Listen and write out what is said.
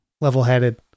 level-headed